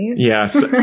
Yes